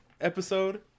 episode